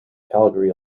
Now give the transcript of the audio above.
calgary